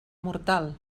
mortal